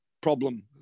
problem